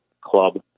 club